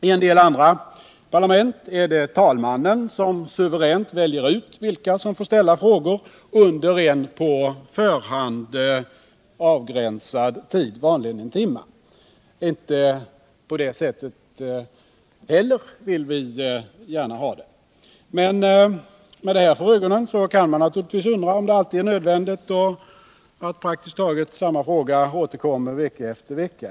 I en del parlament är det talmannen som suveränt väljer ut vilka som får ställa frågor under en på förhand avgränsad tid, vanligen en timme. Inte heller på det sättet vill vi ha det. Med detta för ögonen kan man naturligtvis undra om det alltid är nödvändigt att praktiskt taget samma fråga återkommer vecka efter vecka.